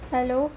Hello